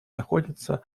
находится